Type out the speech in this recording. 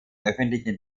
öffentlichen